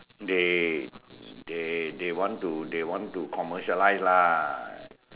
they they they want to they want to commercialise lah